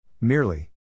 Merely